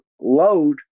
load